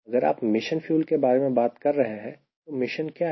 अगर आप mission fuel के बारे में बात कर रहे हैं तो मिशन क्या है